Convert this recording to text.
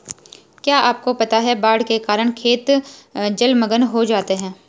क्या आपको पता है बाढ़ के कारण खेत जलमग्न हो जाते हैं?